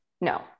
no